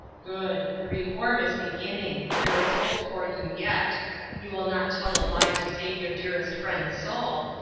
good the reform is beginning there is hope for you yet you will not tell a lie to save your dearest friend's soul,